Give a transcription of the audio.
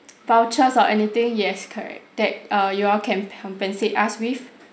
vouchers or anything yes correct that err you all can compensate us with